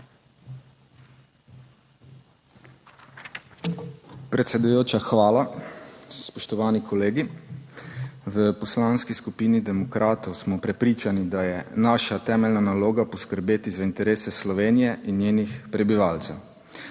Predsedujoča, hvala. Spoštovani kolegi. V Poslanski skupini Demokratov smo prepričani, da je naša temeljna naloga poskrbeti za interese Slovenije in njenih prebivalcev.